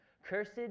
Cursed